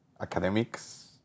academics